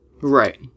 Right